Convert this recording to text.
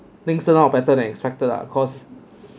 things turn out better than expected ah cause